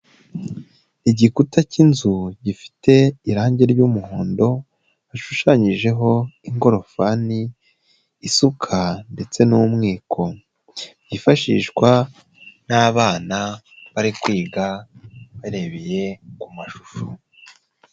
Igikuta cy'inzu gifite irangi ry'umuhondo gishushanyijeho ingorofani, isuka ndetse n'umwiko, byifashishwa n'abana bari kwiga barebeye ku mashusho.